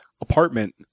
apartment